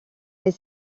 mais